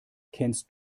kennst